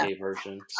version